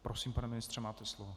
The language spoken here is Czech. Prosím, pane ministře, máte slovo.